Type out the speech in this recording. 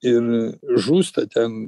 ir žūsta ten